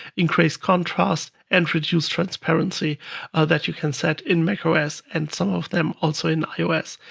increase contrast, and reduce transparency that you can set in macos and some of them also in ios.